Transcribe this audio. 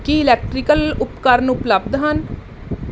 ਕੀ electrical ਉਪਕਰਣ ਉਪਲਬਧ ਹਨ